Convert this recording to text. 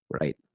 Right